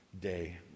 day